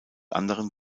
anderen